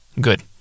Good